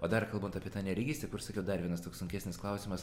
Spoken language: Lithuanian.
o dar kalbant apie tą neregystę kur sakiau dar vienas toks sunkesnis klausimas